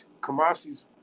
Kamasi's